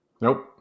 Nope